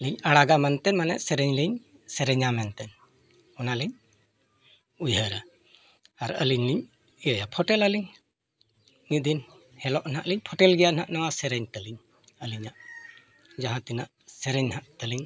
ᱟᱲᱟᱜᱟ ᱢᱮᱱᱛᱮᱫ ᱥᱮᱨᱮᱧ ᱞᱤᱧ ᱥᱮᱨᱮᱧᱟ ᱢᱮᱱᱛᱮᱫ ᱚᱱᱟ ᱞᱤᱧ ᱩᱭᱦᱟᱹᱨᱟ ᱟᱨ ᱟᱹᱞᱤᱧ ᱞᱤᱧ ᱤᱭᱟᱹᱭᱟ ᱯᱷᱳᱴᱮᱞᱟᱞᱤᱧ ᱢᱤᱫ ᱫᱤᱱ ᱦᱤᱞᱳᱜ ᱞᱤᱧ ᱯᱷᱳᱴᱮᱞ ᱜᱮᱭᱟ ᱱᱟᱦᱟᱜ ᱱᱚᱣᱟ ᱥᱮᱨᱮᱧ ᱛᱟᱹᱞᱤᱧ ᱟᱹᱞᱤᱧᱟᱜ ᱡᱟᱦᱟᱸ ᱛᱤᱱᱟᱹᱜ ᱥᱮᱨᱮᱧ ᱱᱟᱦᱟᱜ ᱛᱟᱹᱞᱤᱧ